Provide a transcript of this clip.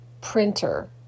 printer